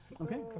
Okay